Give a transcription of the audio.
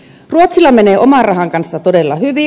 ruotsilla menee oman rahan kanssa todella hyvin